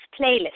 playlist